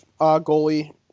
goalie